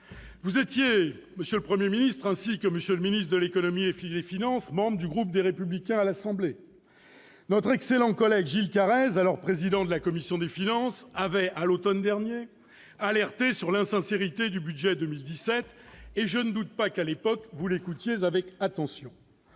en était. Monsieur le Premier ministre, vous étiez pourtant, comme M. le ministre de l'économie et des finances, membre du groupe Les Républicains à l'Assemblée nationale. Or notre excellent collègue Gilles Carrez, alors président de la commission des finances, avait, à l'automne dernier, alerté sur l'insincérité du budget 2017. Je ne doute pas qu'à l'époque vous l'écoutiez avec attention.